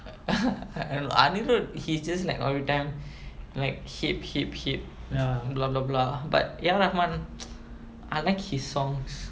anirudh he's just like like all the time like hip hip hip and blah blah blah but ya I like his songs